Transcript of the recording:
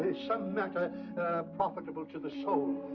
ah some matter profitable to the soul.